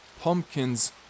pumpkins